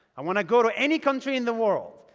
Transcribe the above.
i want to go to any country in the world.